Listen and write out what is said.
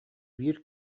биир